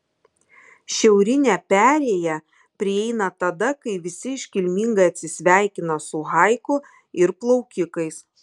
šiaurinę perėją prieina tada kai visi iškilmingai atsisveikina su haiku ir plaukikais